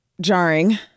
jarring